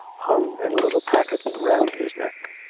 hung in a little packet round his neck.